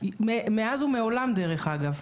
מאז ומעולם דרך אגב.